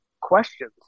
questions